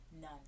None